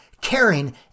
caring